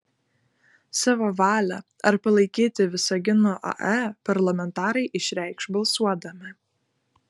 savo valią ar palaikyti visagino ae parlamentarai išreikš balsuodami